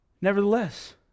Nevertheless